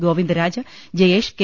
ഗോവിന്ദരാ ജ് ജയേഷ് കെ